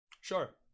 Sure